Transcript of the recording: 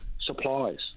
Supplies